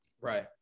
Right